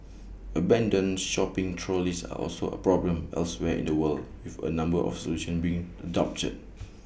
abandoned shopping trolleys are also A problem elsewhere in the world with A number of solutions being adopted